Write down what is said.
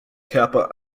kappa